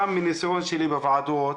גם מהניסיון שלי בוועדות,